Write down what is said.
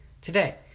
today